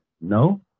no